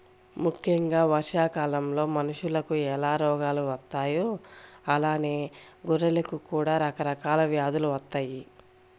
ముక్కెంగా వర్షాకాలంలో మనుషులకు ఎలా రోగాలు వత్తాయో అలానే గొర్రెలకు కూడా రకరకాల వ్యాధులు వత్తయ్యి